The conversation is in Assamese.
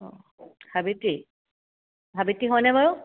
অঁ সাৱিত্ৰী সাৱিত্ৰী হয়নে বাৰু